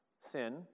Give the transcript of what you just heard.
sin